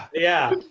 yeah.